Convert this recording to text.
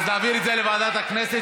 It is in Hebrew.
אז נעביר את זה לוועדת הכנסת,